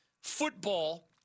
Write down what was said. football